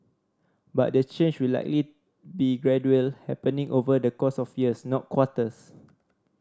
but the change will likely be gradual happening over the course of years not quarters